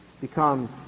becomes